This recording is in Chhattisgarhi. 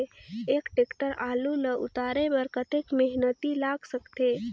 एक टेक्टर आलू ल उतारे बर कतेक मेहनती लाग सकथे?